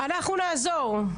אנחנו נעזור,